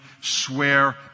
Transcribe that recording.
swear